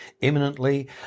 imminently